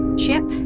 chip,